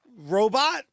robot